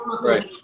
right